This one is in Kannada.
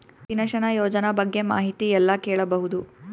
ಪಿನಶನ ಯೋಜನ ಬಗ್ಗೆ ಮಾಹಿತಿ ಎಲ್ಲ ಕೇಳಬಹುದು?